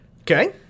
Okay